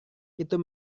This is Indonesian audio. itu